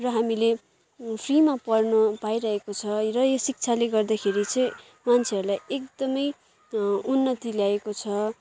र हामीले फ्रीमा पढ्न पाइरहेको छ र यो शिक्षाले गर्दाखेरि चाहिँ मान्छेहरूलाई एकदमै उन्नति ल्याएको छ